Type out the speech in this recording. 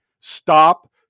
Stop